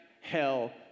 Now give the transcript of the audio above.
hell